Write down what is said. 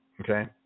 Okay